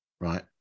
right